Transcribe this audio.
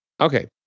Okay